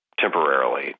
temporarily